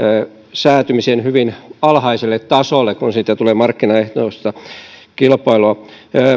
säätymisen hyvin alhaiselle tasolle kun siitä tulee markkinaehtoista kilpailua